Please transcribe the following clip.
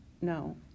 no